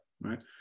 right